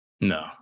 No